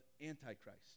Antichrist